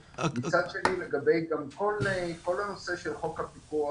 מצד שני, לגבי כל הנושא של חוק הפיקוח